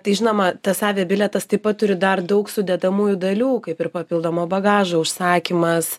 tai žinoma tas avia bilietas taip pat turi dar daug sudedamųjų dalių kaip ir papildomo bagažo užsakymas